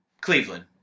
Cleveland